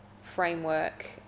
framework